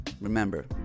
Remember